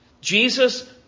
Jesus